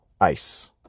ice